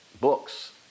books